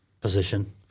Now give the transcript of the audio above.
position